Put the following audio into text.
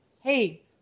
Hey